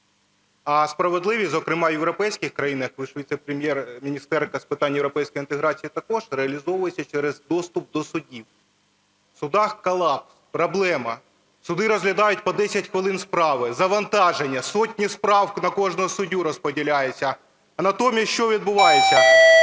А справедливість, зокрема у європейський країнах, ви ж віцепрем'єр-міністерка з питань європейської інтеграції також, реалізовується через доступ до судів. В судах колапс, проблема. суди розглядають по 10 хвилин справи, завантаження, сотні справ на кожного суддю розподіляються. А натомість що відбувається,